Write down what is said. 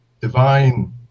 divine